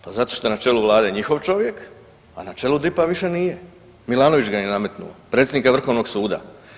Pa zato što je na čelu Vlade njihov čovjek, a na čelu DIP-a više nije, Milanović ga je nametnuo predsjednika Vrhovnog suda.